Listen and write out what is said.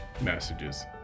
messages